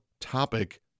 Topic